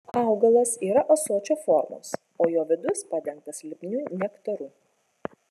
augalas yra ąsočio formos o jo vidus padengtas lipniu nektaru